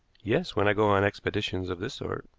yes, when i go on expeditions of this sort.